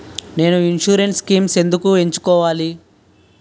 నేను insurance schemes ఎందుకు ఎంచుకోవాలి?